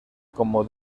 como